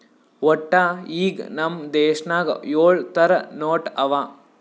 ವಟ್ಟ ಈಗ್ ನಮ್ ದೇಶನಾಗ್ ಯೊಳ್ ಥರ ನೋಟ್ ಅವಾ